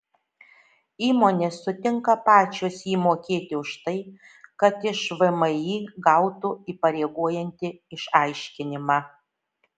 įmonės sutinka pačios jį mokėti už tai kad iš vmi gautų įpareigojantį išaiškinimą